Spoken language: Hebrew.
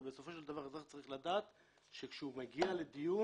אבל בסופו של דבר אזרח צריך לדעת שכשהוא מגיע לדיון,